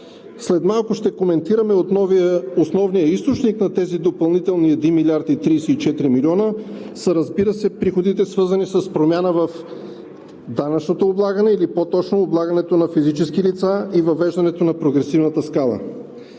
След малко ще коментираме. Основният източник на тези допълнителни 1 млрд. 34 млн. лв. са, разбира се, приходите, свързани с промяна в данъчното облагане или по-точно облагането на физически лица и въвеждането на прогресивната скала.